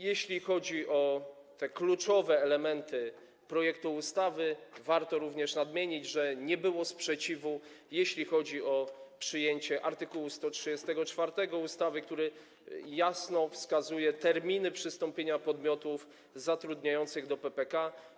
Jeśli chodzi o kluczowe elementy projektu ustawy, warto również nadmienić, że nie było sprzeciwu, jeśli chodzi o przyjęcie art. 134, który jasno wskazuje terminy przystąpienia podmiotów zatrudniających do PPK.